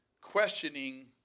questioning